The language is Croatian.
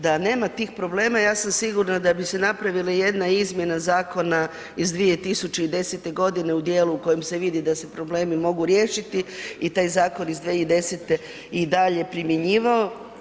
Da nema tih problema, ja sam sigurna da bi se napravili jedna izmjena zakona iz 2010. u dijelu u kojem se vidi da se problemi mogu riješiti i taj zakon iz 2010. i dalje primjenjivao.